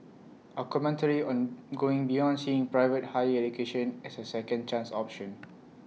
A commentary on going beyond seeing private higher education as A second chance option